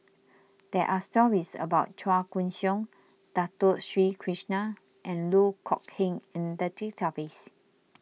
there are stories about Chua Koon Siong Dato Sri Krishna and Loh Kok Heng in the database